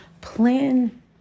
plan